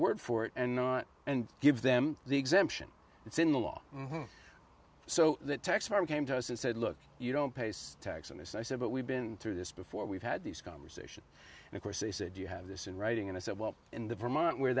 word for it and not and give them the exemption it's in the law so that tax time came to us and said look you don't pay tax on this i said but we've been through this before we've had these conversations and of course they said you have this in writing and i said well in the vermont where